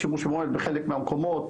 השימוש במובייל בחלק מהמקומות,